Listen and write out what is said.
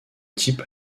type